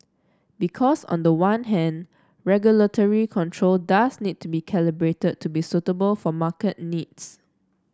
because on the one hand regulatory control does need to be calibrated to be suitable for market needs